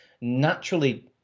naturally